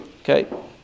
Okay